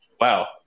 wow